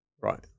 Right